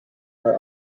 not